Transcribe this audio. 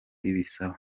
ibisaba